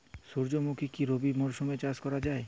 সুর্যমুখী কি রবি মরশুমে চাষ করা যায়?